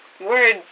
words